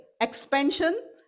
expansion